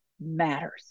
matters